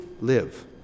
live